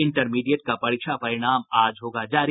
intermediate का परीक्षा परिणाम आज होगा जारी